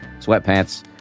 sweatpants